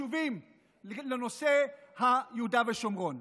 חשובים בנושא יהודה ושומרון.